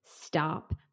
stop